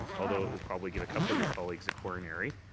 although it will probably give a couple of your colleagues a coronary,